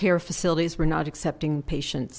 care facilities were not accepting patients